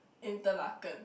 Interlaken